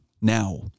now